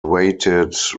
weighted